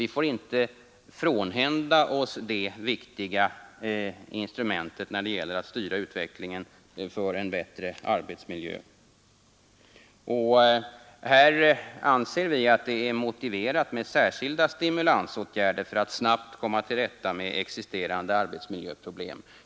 Vi får inte frånhända oss de viktiga instrumenten när det gäller att styra utvecklingen mot en bättre arbetsmiljö. Här anser vi att det är motiverat med särskilda stimulansåtgärder för att snabbt komma till rätta med existerande arbetsmiljöproblem.